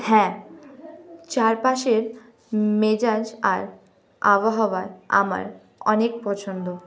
হ্যাঁ চারপাশের মেজাজ আর আবহাওয়া আমার অনেক পছন্দ